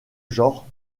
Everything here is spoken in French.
genre